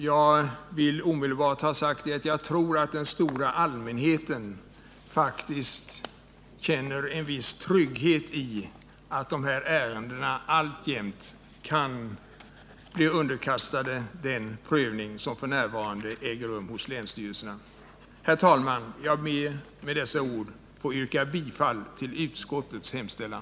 Jag vill vidare ha sagt att jag tror att den stora allmänheten känner en viss trygghet i att de här ärendena alltjämt kan bli underkastade den prövning som f. n. äger rum hos länsstyrelserna. Herr talman! Jag ber med dessa ord att få yrka bifall till utskottets hemställan.